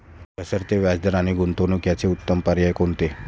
घसरते व्याजदर आणि गुंतवणूक याचे उत्तम पर्याय कोणते?